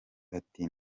ati